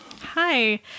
Hi